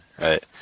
Right